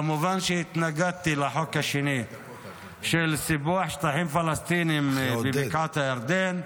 כמובן שהתנגדתי לחוק השני של סיפוח שטחים פלסטיניים בבקעת הירדן.